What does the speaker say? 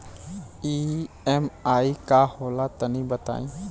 EMI का होला तनि बताई?